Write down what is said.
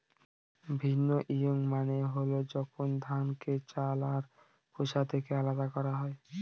ভিন্নউইং মানে হল যখন ধানকে চাল আর খোসা থেকে আলাদা করা হয়